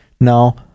Now